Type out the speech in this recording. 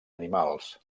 animals